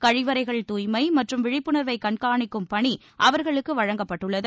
கழிவறைகள் தூய்மை மற்றும் விழிப்புணர்வை கண்காணிக்கும் பணி அவர்களுக்கு வழங்கப்பட்டுள்ளது